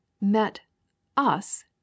Met—us